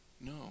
No